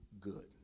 good